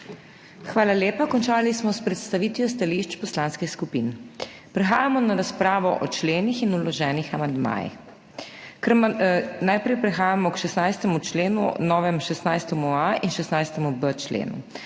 Hvala lepa. Končali smo s predstavitvijo stališč poslanskih skupin. Prehajamo na razpravo o členih in vloženih amandmajih. Najprej prehajamo k 16. členu, novemu 16.a in 16.b členu.